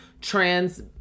Trans